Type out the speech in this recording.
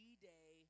D-Day